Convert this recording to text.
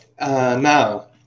Now